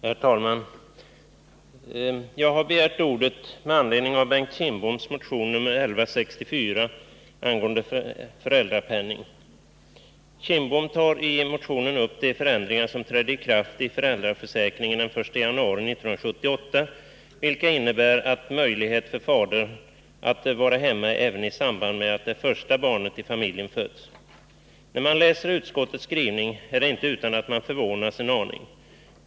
Herr talman! Jag har begärt ordet med anledning av Bengt Kindboms motion 1164 angående föräldrapenning. Bengt Kindbom tar i motionen upp de förändringar i föräldraförsäkringen som trädde i kraft den 1 januari 1978 och som innebär en möjlighet för fadern att vara hemma även i samband med att det första barnet i familjen föds. När man läser utskottets skrivning är det inte utan att man förvånas en aning.